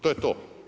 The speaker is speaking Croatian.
To je to.